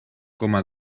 coma